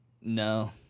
no